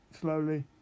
slowly